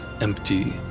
empty